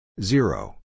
zero